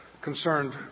concerned